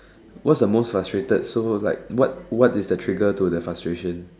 what's the most frustrated so it's like what what is the trigger to the frustration